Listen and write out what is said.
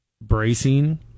bracing